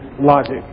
logic